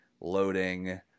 loading